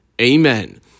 Amen